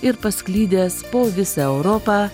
ir pasklidęs po visą europą